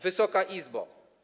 Wysoka Izbo!